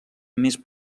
més